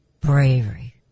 bravery